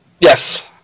Yes